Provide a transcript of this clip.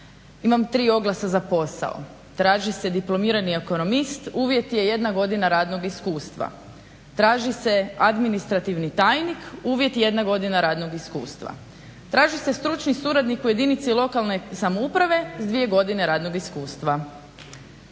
Imam tri oglasa za posao. Traži se diplomirani ekonomist, uvjet je jedna godina radnog iskustva. Traži se administrativni tajnik, uvjet jedna godina radnog iskustva. Traži se stručni suradnik u jedinici lokalne samouprave s dvije godine radnog iskustva.